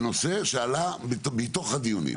זה נושא שעלה מתוך הדיונים.